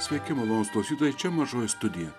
sveiki malonūs klausytojai čia mažoji studija